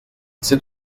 c’est